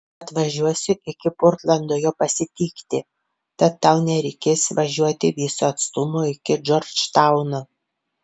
atvažiuosiu iki portlando jo pasitikti tad tau nereikės važiuoti viso atstumo iki džordžtauno